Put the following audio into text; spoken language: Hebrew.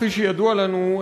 כפי שידוע לנו,